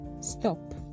stop